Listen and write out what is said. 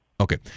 Okay